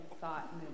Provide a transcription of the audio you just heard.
thought